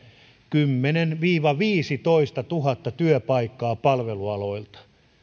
kymmenentuhatta viiva viisitoistatuhatta työpaikkaa palvelualoilta